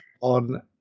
on